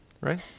Right